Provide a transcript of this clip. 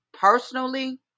personally